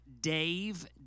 Dave